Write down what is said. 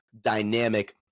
dynamic